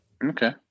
Okay